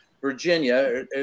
Virginia